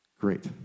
Great